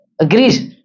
agrees